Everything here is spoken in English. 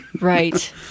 Right